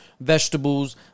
vegetables